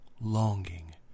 longing